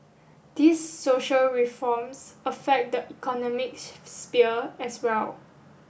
these social reforms affect the economic sphere as well